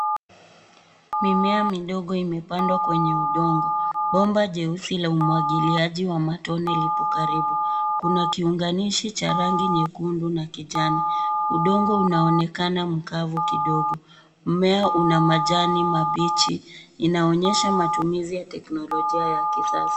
Mimea midogo ime pandwa kwenye udongo , bomba jeusi la umwagiliaji wa matone lipo karibu. Kuna kiunganishi cha rangi nyekundu na kijani. Udongo unaonekana mkavu kidogo ,mmea una majani mabichi, ina onyesha matumizi ya teknolojia ya kisasa.